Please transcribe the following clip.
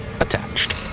attached